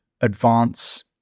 advance